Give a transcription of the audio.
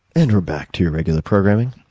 and we're back to your regular programming.